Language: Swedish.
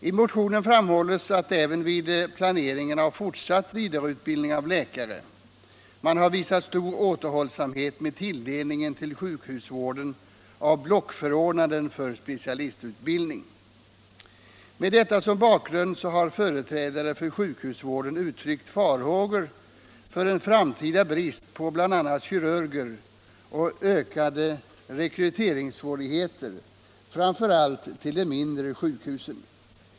I motionen framhålles att man, även vid planering av fortsatt vidareutbildning av läkare, har visat stor återhållsamhet med tilldelning till sjukhusvården av blockförordnanden för specialistutbildning. Med detta som bakgrund har företrädare för sjukhusvården uttryckt farhågor för en framtida brist på bl.a. kirurger och ökande svårigheter med rekryteringen framför allt till de mindre sjukhusen.